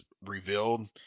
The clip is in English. revealed